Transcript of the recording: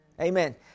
Amen